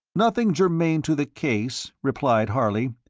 nothing germane to the case, replied harley.